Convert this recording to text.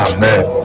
Amen